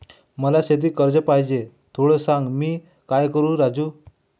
मला शेती कर्ज पाहिजे, थोडं सांग, मी काय करू राजू?